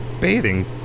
bathing